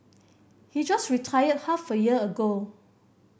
he just retired half a year ago